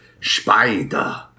Spider